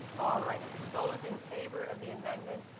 all right. those in favor of the amendment,